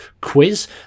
quiz